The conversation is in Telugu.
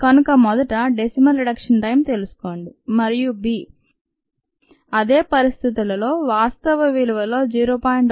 కనుక మొదట డెసిమల్ రిడక్షన్ టైం తెలుసుకోండి మరియు b అదే పరిస్థితుల్లో వాస్తవ విలువలో 0